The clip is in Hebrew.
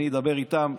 אני אדבר איתם.